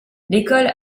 l’école